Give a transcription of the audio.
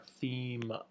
theme